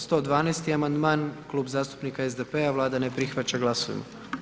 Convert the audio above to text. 112. amandman, Klub zastupnika SDP-a, Vlada ne prihvaća, glasujmo.